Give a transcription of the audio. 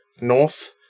north